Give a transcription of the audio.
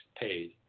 paid